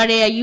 പഴയ യു